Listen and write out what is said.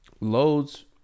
loads